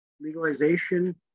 legalization